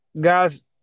guys